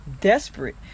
desperate